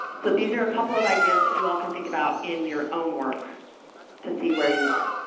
but these are a couple of ideas that you all can think about in your own work to see where you are.